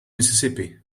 mississippi